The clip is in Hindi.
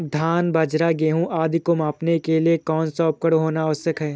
धान बाजरा गेहूँ आदि को मापने के लिए कौन सा उपकरण होना आवश्यक है?